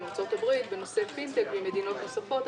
עם ארצות הברית בנושא פינטק ועם מדינות נוספות.